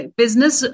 business